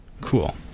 Cool